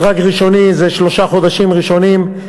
מדרג ראשון זה שלושה חודשים ראשונים.